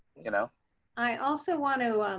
you know i also want to and